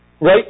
Right